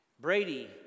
Brady